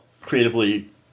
creatively